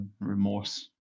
remorse